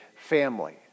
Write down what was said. family